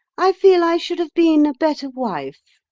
i feel i should have been a better wife.